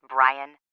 Brian